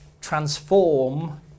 transform